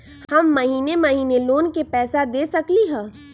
हम महिने महिने लोन के पैसा दे सकली ह?